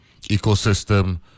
ecosystem